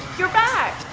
you're back.